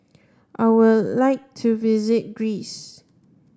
I would like to visit Greece